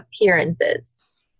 appearances